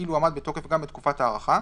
כאילו עמד בתוקף גם בתקופת ההארכה,